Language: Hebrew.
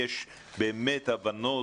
יש הבנות